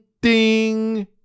ding